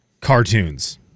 cartoons